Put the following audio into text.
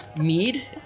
Mead